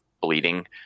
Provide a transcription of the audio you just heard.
bleeding